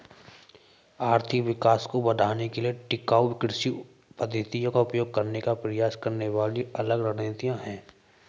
आर्थिक विकास को बढ़ाने के लिए टिकाऊ कृषि पद्धतियों का उपयोग करने का प्रयास करने वाली कई अलग रणनीतियां हैं